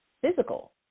physical